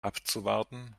abzuwarten